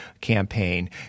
campaign